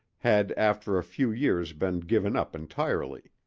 had after a few years been given up entirely.